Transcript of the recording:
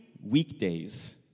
weekdays